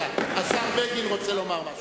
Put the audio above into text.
השר בגין רוצה לומר משהו.